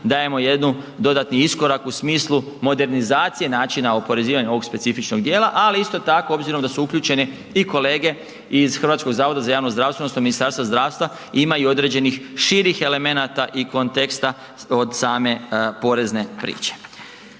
dajemo jednu dodatni iskorak u smislu modernizacije načina oporezivanja ovog specifičnog dijela, ali isto tako obzirom da su uključene i kolege iz HZJZ-a odnosno Ministarstva zdravstva, imaju određenih širih elemenata i konteksta od same porezne priče.